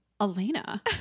Elena